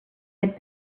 had